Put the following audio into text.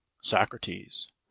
socrates